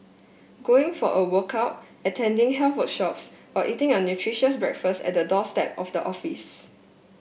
going for a workout attending health workshops or eating a nutritious breakfast at the doorstep of the office